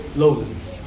lowlands